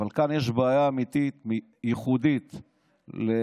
אבל כאן יש בעיה אמיתית, ייחודית לעדה,